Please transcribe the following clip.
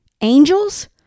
Angels